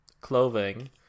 clothing